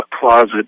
closet